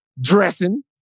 Dressing